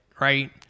right